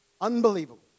unbelievable